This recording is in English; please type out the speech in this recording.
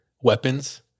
weapons